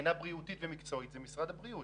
מבחינה בריאותית ומקצועית זה משרד הבריאות.